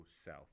South